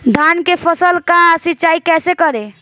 धान के फसल का सिंचाई कैसे करे?